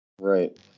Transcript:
Right